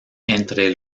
entre